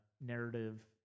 narrative